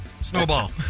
Snowball